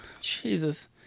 Jesus